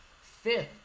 Fifth